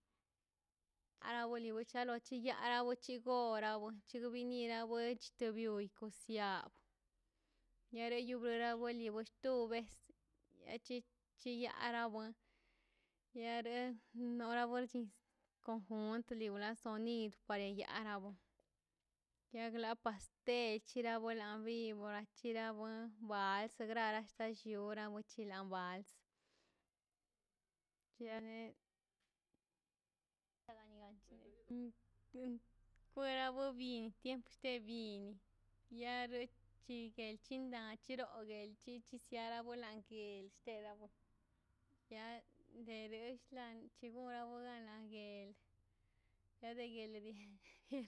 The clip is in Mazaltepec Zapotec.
A liago nata osa ocho lajkure lala nueve la salane letegdo vuela na tokdi osache sawa agdo yechi depues nu ka las doce kwa bi niño tachi igbina yeran tekdo lawor la bor bakdo anterisoro rlan da ayecho tenis slilawe chin rekara awen tekara warall terawin si de san fab diata chinis serdeta chi ririo brabo didare chgbie la weta dilambo a we chichera we reiniciron slandand cheldans chere sirawa reka won reka waralltera sabore mall sterewa chiribotas sampo lastia go kwague kwardotiari le la borxke borax sanjuan anash lan die yo gall lin rawen shlanes terash gunis illchenaw chito weranong to gunllomi ill